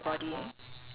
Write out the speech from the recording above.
ya